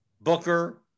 Booker